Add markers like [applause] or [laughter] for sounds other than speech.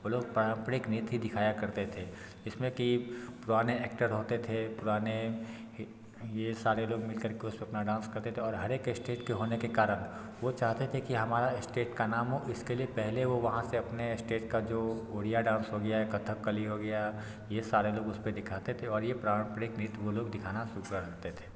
वह लोग पारम्परिक नृत्य ही दिखाया करते थे इसमें की पुराने एक्टर होते थे पुराने यह सारे लोग मिल कर के उसमें अपना डांस करते थे और हर एक स्टेट के होने के कारण वह चाहते थे की हमारा स्टेट का नाम हो इससे पहले वह वहाँ से अपने स्टेट का जो उड़िया डांस हो गया कथकली हो गया यह सारे लोग उस पर दिखाते थे और यह पारम्परिक नृत्य वह लोग दिखाना [unintelligible] रखते थे